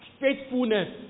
faithfulness